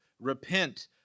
Repent